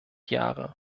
jahre